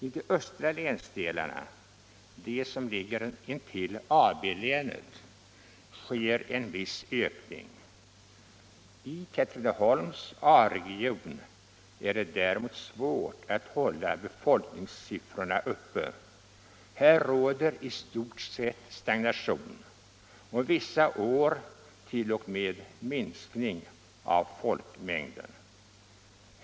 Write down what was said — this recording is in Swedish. I de östra länsdelarna — de som ligger intill AB-länet — sker en viss ökning. I Katrineholms A-region är det däremot svårt hålla befolkningssiffrorna uppe. Här råder i stort sett stagnation och vissa år t.o.m. minskning av folkmängden.